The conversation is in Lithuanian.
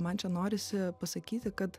man čia norisi pasakyti kad